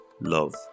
love